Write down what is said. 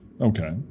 Okay